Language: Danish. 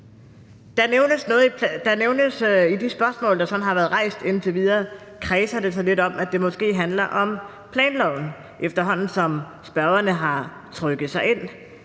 I de spørgsmål, der sådan har været rejst indtil videre, kredser det så lidt om, at det måske handler om planloven, efterhånden som spørgerne har trykket sig ind,